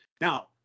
Now